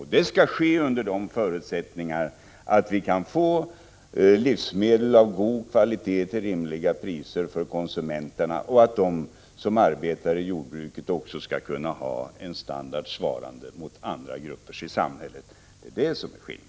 Detta skall ske under förutsättning dels att konsumenterna skall kunna få livsmedel av god kvalitet till rimliga priser, dels att de som arbetar i jordbruket skall kunna ha en standard som motsvarar standarden för andra grupper i samhället. Det är detta som är skillnaden.